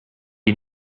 you